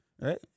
right